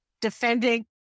defending